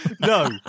no